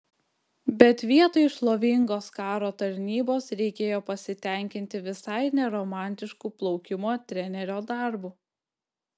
bet vietoj šlovingos karo tarnybos reikėjo pasitenkinti visai ne romantišku plaukimo trenerio darbu